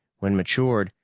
when matured,